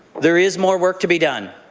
there is more work to be done.